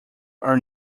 are